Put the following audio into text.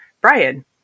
Brian